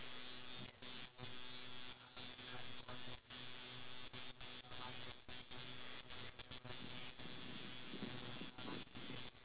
they are the I feel like they are one of the easiest uh pets to take care of because all they do is sleep